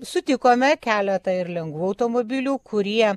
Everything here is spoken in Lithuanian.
sutikome keletą ir lengvų automobilių kurie